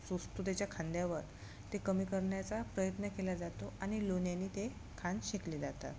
सोसतो त्याच्या खांद्यावर ते कमी करण्याचा प्रयत्न केला जातो आणि लोण्यानी ते खांदे शेकले जातात